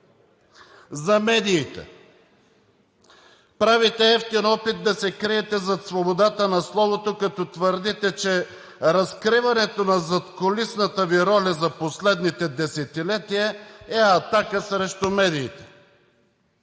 За медиите. Правите евтин опит да се криете зад свободата на словото, като твърдите, че разкриването на задкулисната Ви роля за последните десетилетия е атака срещу медиите.